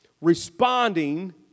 Responding